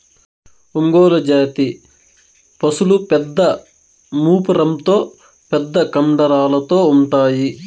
ఒంగోలు జాతి పసులు పెద్ద మూపురంతో పెద్ద కండరాలతో ఉంటాయి